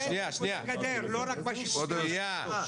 לא רק --- שניה.